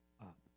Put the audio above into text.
up